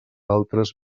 altres